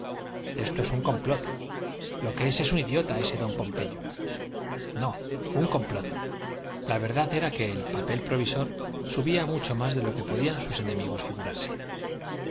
esto es un complot lo que es un idiota ese don pompeyo no un complot la verdad era que el papel provisor subía mucho más de lo que podían sus enemigos figurarse así